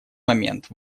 момент